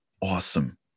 Awesome